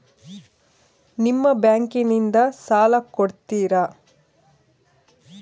ನಿಮ್ಮ ಬ್ಯಾಂಕಿನಿಂದ ಸಾಲ ಕೊಡ್ತೇರಾ?